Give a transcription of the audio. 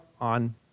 on